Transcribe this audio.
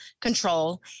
control